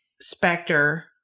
specter